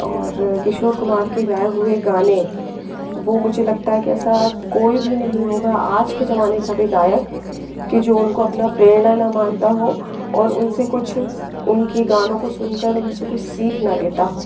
और किशोर कुमार के गाए हुए गाने वह मुझे लगता है कि ऐसा कोई भी नहीं होगा आज के ज़माने का भी गायक कि जो उनको अपना प्रेरणा न मानता हो और उनसे कुछ उनकी गानों को सुन कर उनसे कुछ सीख न लेता हो